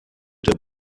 der